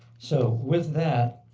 so with that,